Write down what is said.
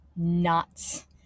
nuts